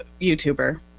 YouTuber